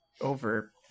over